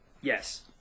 Yes